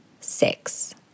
six